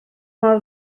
mor